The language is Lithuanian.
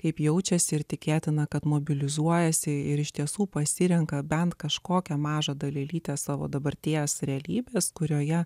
kaip jaučiasi ir tikėtina kad mobilizuojasi ir iš tiesų pasirenka bent kažkokią mažą dalelytę savo dabarties realybės kurioje